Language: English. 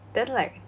then like